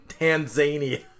Tanzania